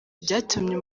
byatumye